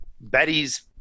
Betty's